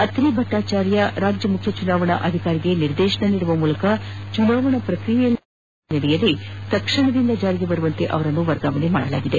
ಅತ್ರಿ ಭಟ್ವಾಚಾರ್ಯ ರಾಜ್ಯ ಮುಖ್ಯ ಚುನಾವಣಾಧಿಕಾರಿಗೆ ನಿರ್ದೇಶನ ನೀಡುವ ಮೂಲಕ ಚುನಾವಣಾ ಪ್ರಕ್ರಿಯೆಯಲ್ಲಿ ಹಸ್ತಕ್ಷೇಪ ನಡೆಸಿದ ಹಿನ್ನೆಲೆಯಲ್ಲಿ ತತ್ಕ್ಷಣದಿಂದ ಜಾರಿಗೆ ಬರುವಂತೆ ಅವರನ್ನು ವರ್ಗಾಯಿಸಲಾಗಿದೆ